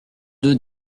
deux